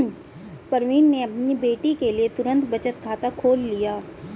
प्रवीण ने अपनी बेटी के लिए तुरंत बचत खाता खोल लिया